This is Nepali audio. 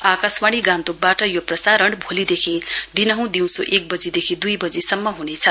आकाशवाणी गान्तोकबाट यो प्रसारण भोलिदेखि दिनुहँ दिउसो एक वजीदेखि दुई वजीसम्म हुनेछ